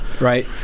Right